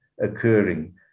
occurring